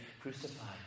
crucified